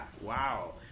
wow